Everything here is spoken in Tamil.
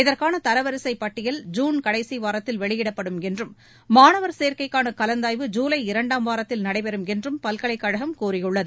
இதற்கான தரவரிசை பட்டியல் ஜூன் கடைசி வாரத்தில் வெளியிடப்படும் என்றும் மாணவர் சேர்க்கைக்கான கலந்தாய்வு ஜூலை இரண்டாம் வாரத்தில் நடைபெறும் என்றும் பல்கலைக் கழகம் கூறியுள்ளது